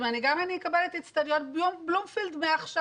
גם אם אני אקבל את אצטדיון בלומפילד מעכשיו